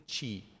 Chi